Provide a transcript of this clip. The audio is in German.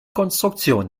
konstruktion